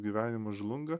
gyvenimas žlunga